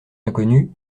inconnu